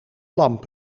lamp